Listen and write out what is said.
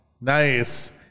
Nice